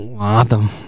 Adam